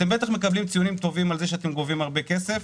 אתם בטח מקבלים ציונים טובים על זה שאתם גובים הרבה כסף,